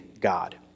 God